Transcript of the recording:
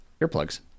earplugs